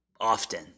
often